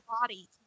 body